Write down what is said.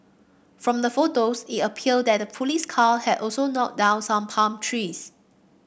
from the photos it appeared that the police car had also knocked down some palm trees